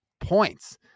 points